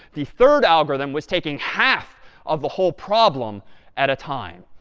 the third algorithm was taking half of the whole problem at a time.